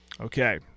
Okay